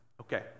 Okay